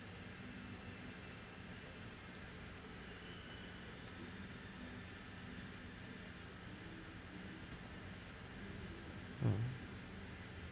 mm